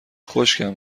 خشکم